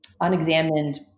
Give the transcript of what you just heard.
unexamined